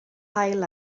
haul